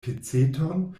peceton